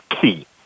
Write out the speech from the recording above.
key